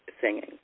singing